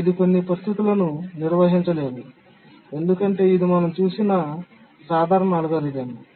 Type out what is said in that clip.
ఇది కొన్ని పరిస్థితులను నిర్వహించలేదు ఎందుకంటే ఇది మనం చూసిన సాధారణ అల్గోరిథం